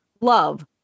love